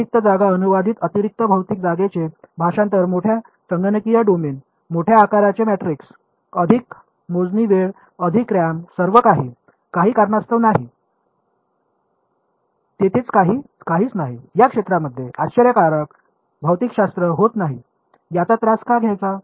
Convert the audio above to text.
अतिरिक्त जागा अनुवादित अतिरिक्त भौतिक जागेचे भाषांतर मोठ्या संगणकीय डोमेन मोठ्या आकाराचे मॅट्रिक्स अधिक मोजणी वेळ अधिक रॅम सर्वकाही काही कारणास्तव काही नाही तेथे काहीच नाही या क्षेत्रामध्ये आश्चर्यकारक भौतिकशास्त्र होत नाही याचा त्रास का घ्यायचा